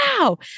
Wow